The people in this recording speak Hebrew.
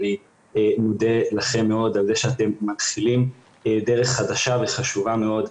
אני מודה לכם מאוד על זה שאתם מתחילים דרך חדשה וחשובה מאוד.